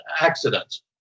accidents